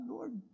Lord